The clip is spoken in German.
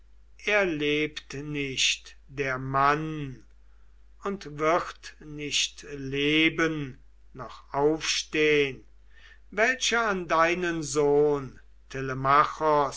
er lebt nicht der mann und wird nicht leben noch aufstehn welcher an deinen sohn